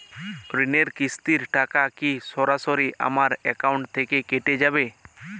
ঋণের কিস্তির টাকা কি সরাসরি আমার অ্যাকাউন্ট থেকে কেটে যাবে?